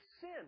sin